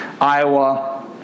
Iowa